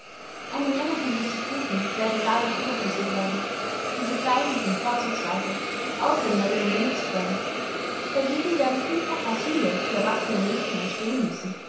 eine menge von instituten werden dadurch überflüssig werden und die bleibenden vorzugsweise durch ausländerinnen benutzt werden dagegen werden vielfach asyle für erwachsene mädchen entstehen müssen